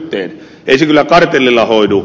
ei se kyllä kartellilla hoidu